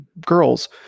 girls